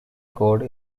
code